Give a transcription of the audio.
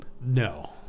No